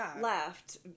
left